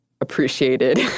appreciated